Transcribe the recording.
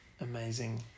amazing